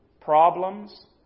problems